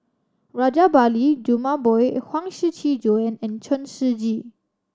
Rajabali Jumabhoy Huang Shiqi Joan and Chen Shiji